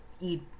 eat